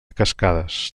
cascades